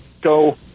go